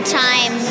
time